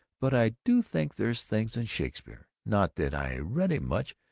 but i do think there's things in shakespeare not that i read him much,